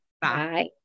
bye